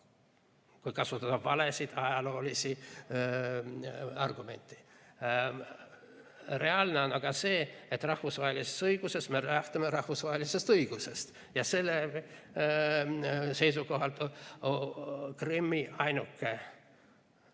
Kui kasutada valesid ajaloolisi argumente. Reaalne on aga see, et rahvusvahelises õiguses me lähtume rahvusvahelisest õigusest ja sellest seisukohast võib